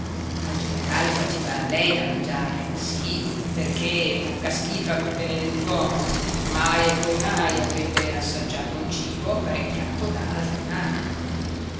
al generale faceva lei da mangiare sì perché bocca schifa quel benedett'uomo mai e poi mai avrebbe assaggiato un cibo apparecchiato da altre mani